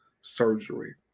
surgery